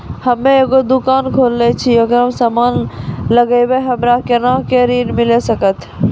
हम्मे एगो दुकान खोलने छी और समान लगैबै हमरा कोना के ऋण मिल सकत?